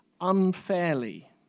unfairly